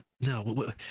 no